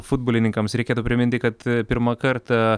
futbolininkams reikėtų priminti kad pirmą kartą